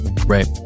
right